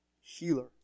Healer